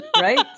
Right